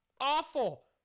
awful